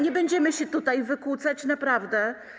Nie będziemy się tutaj wykłócać, naprawdę.